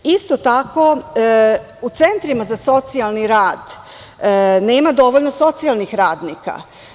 Isto tako, u centrima za socijalni rad, nema dovoljno socijalnih radnika.